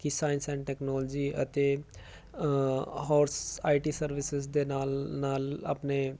ਕਿ science and technology ਅਤੇ ਹੋਰ ਸ ਆਈ ਟੀ ਸਰਵਿਸਿਸ ਦੇ ਨਾਲ ਨਾਲ ਆਪਣੇ